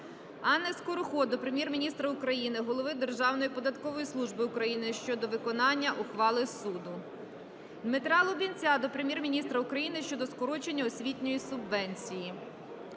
Анни Скороход до Прем'єр-міністра України, Голови Державної податкової служби України щодо виконання ухвали суду. Дмитра Лубінця до Прем'єр-міністра України щодо скорочення освітньої субвенції.